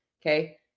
Okay